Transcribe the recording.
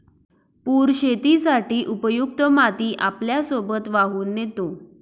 पूर शेतीसाठी उपयुक्त माती आपल्यासोबत वाहून नेतो